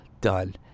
done